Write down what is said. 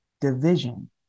division